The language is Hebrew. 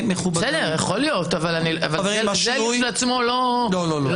יכול להיות, אבל זה כשלעצמו לא --- זה לא כאן.